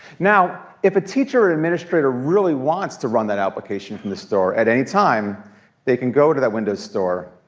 now if a teacher or an administration really wants to run that application from the store at any time they can go to that windows store